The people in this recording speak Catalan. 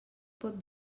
pot